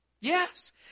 Yes